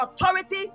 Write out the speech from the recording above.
authority